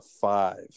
five